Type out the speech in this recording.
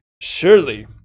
Surely